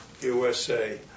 USA